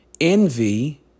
envy